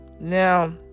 Now